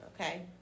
Okay